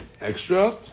extra